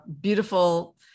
beautiful